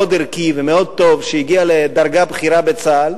ערכי ומאוד טוב שהגיע לדרגה בכירה בצה"ל,